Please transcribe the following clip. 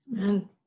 amen